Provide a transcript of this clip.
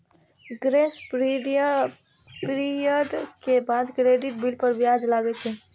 grace period के बाद credit bill पर ब्याज लागै छै